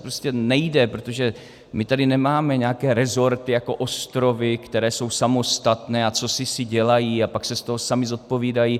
To prostě nejde, protože my tady nemáme nějaké resorty jako ostrovy, které jsou samostatné a cosi si dělají a pak se z toho samy zodpovídají.